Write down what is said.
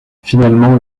finalement